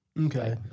Okay